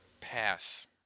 Pass